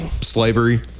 Slavery